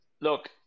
look